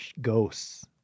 ghosts